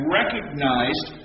recognized